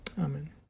Amen